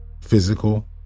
physical